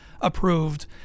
approved